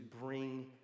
bring